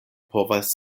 povas